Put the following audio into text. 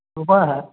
ओहो हइ